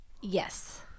Yes